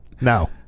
No